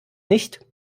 nicht